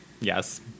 Yes